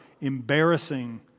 embarrassing